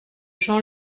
jean